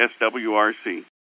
SWRC